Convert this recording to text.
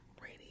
ready